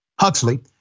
Huxley